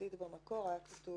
הממשלתית במקור היה כתוב